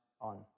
on